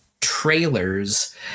trailers